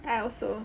I also